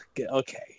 Okay